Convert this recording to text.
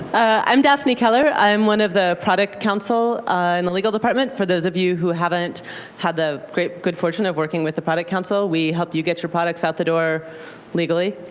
i'm daphne keller. i'm one of the product council in the legal department. for those of you who haven't had the good fortune of working with the product counsel, we help you get your products out the door legally.